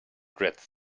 dreads